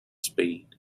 speed